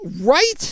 right